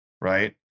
right